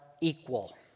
equal